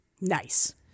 Nice